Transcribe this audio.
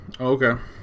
Okay